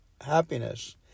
happiness